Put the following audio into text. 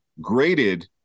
graded